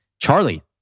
Charlie